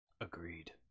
Agreed